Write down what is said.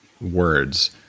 words